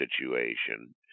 situation